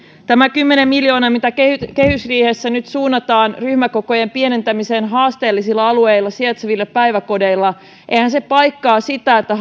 tämä kymmenen miljoonaa mitä kehysriihessä nyt suunnataan ryhmäkokojen pienentämiseen haasteellisilla alueilla sijaitseville päiväkodeille ei paikkaa sitä että